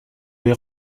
l’ai